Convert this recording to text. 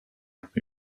moved